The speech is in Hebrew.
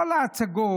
כל ההצגות,